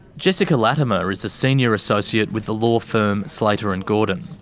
jessica latimer is a senior associate with the law firm slater and gordon.